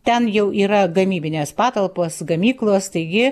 ten jau yra gamybinės patalpos gamyklos taigi